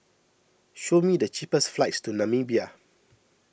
show me the cheapest flights to Namibia